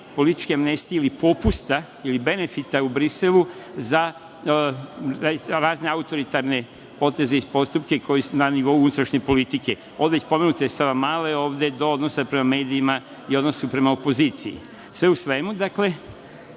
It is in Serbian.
političke ili popusta ili benefita u Briselu za razne autoritarne poteze i postupke koji su na nivou unutrašnje politike, ovde već pomenute „Savamale“, odnosa prema medijima i odnosa prema opoziciji. Sve u svemu,